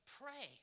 pray